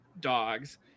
dogs